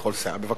בבקשה, גברתי.